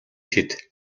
хэд